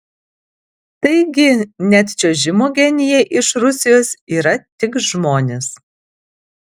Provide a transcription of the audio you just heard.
taigi net čiuožimo genijai iš rusijos yra tik žmonės